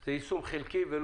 זה יישום חלקי.